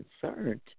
concerned